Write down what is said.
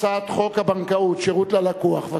הצעת חוק הבנקאות (שירות ללקוח) (תיקון מס' 18),